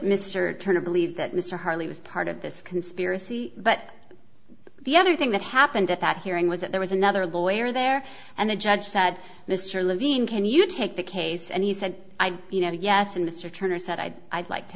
mr turner believe that mr hartley was part of this conspiracy but the other thing that happened at that hearing was that there was another lawyer there and the judge said mr levine can you take the case and he said you know yes and mr turner said i'd i'd like to